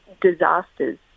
disasters